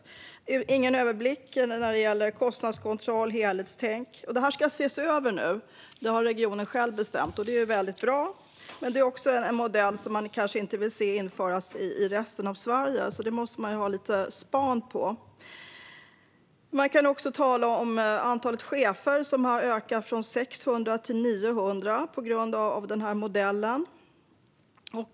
Det finns ingen överblick när det gäller kostnadskontroll och helhetstänk. Detta ska nu ses över. Det har regionen själv bestämt, och det är väldigt bra. Detta är dock en modell man kanske inte vill se införas i resten av Sverige, så det måste man ha lite span på. Man kan också tala om antalet chefer, som har stigit från 600 till 900 på grund av den här modellen.